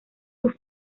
sus